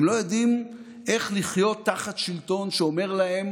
הם לא יודעים איך לחיות תחת שלטון שאומר להם: